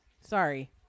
Sorry